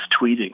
tweeting